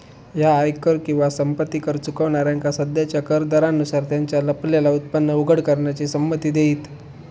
ह्या आयकर किंवा संपत्ती कर चुकवणाऱ्यांका सध्याच्या कर दरांनुसार त्यांचा लपलेला उत्पन्न उघड करण्याची संमती देईत